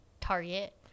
target